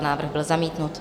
Návrh byl zamítnut.